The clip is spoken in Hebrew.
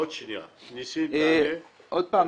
עוד פעם,